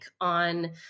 on